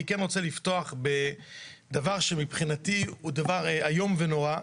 אני כן רוצה לפתוח בדבר שמבחינתי הוא איום ונורא,